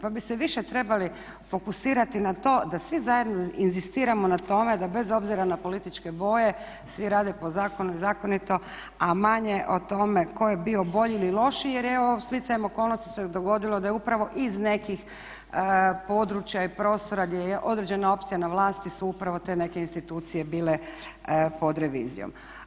Pa bi se više trebali fokusirati na to da svi zajedno inzistiramo na tome da bez obzira na političke boje svi rade po zakonu i zakonito, a manje o tome tko je bio bolji ili lošiji jer evo stjecajem okolnosti se dogodilo da je upravo iz nekih područja i prostora gdje je određena opcija na vlasti su upravo te neke institucije bile pod revizijom.